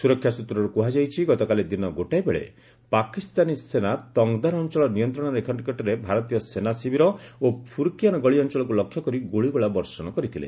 ସୁରକ୍ଷା ସୂତ୍ରରୁ କୁହାଯାଇଛି ଗତକାଲି ଦିନ ଗୋଟାଏ ବେଳେ ପାକିସ୍ତାନୀ ସେନା ତଙ୍ଗଦାର ଅଞ୍ଚଳର ନିୟନ୍ତ୍ରଣ ରେଖା ନିକଟରେ ଭାରତୀୟ ସେନା ଶିବିର ଓ ଫୁରକିଆନ୍ ଗଳି ଅଞ୍ଚଳକୁ ଲକ୍ଷ୍ୟ କରି ଗୁଳିଗୋଳା ବର୍ଷଣ କରିଥିଲେ